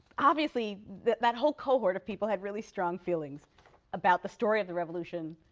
obviously that that whole cohort of people had really strong feelings about the story of the revolution,